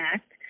Act